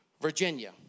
Virginia